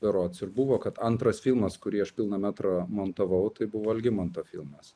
berods ir buvo kad antras filmas kurį aš pilno metro montavau tai buvo algimanto filmas